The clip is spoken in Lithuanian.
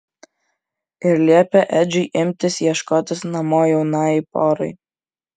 ir liepė edžiui imtis ieškoti namo jaunajai porai